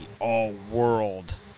all-world